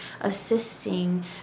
assisting